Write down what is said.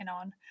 on